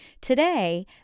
Today